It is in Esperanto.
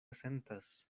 sentas